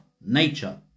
nature